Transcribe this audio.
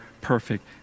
perfect